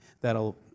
that'll